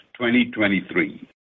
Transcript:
2023